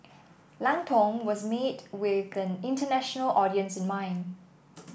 Lang Tong was made with an international audience in mind